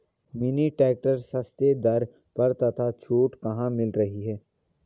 Mini tractor सस्ते दर पर तथा छूट कहाँ मिल रही है?